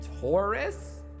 Taurus